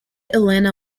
elena